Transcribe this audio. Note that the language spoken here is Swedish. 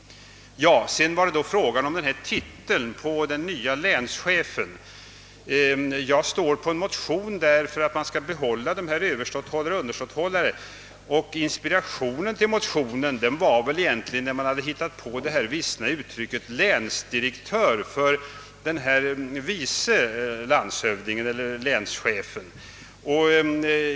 Beträffande titeln för länschefen har jag motionerat om att behålla titlarna överståthållare och underståthållare. Jag fick inspiration till motionen när det vissna uttrycket länsdirektör lanserades för vice landshövdingen eller vice länschefen.